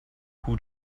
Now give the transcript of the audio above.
who